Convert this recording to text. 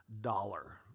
dollar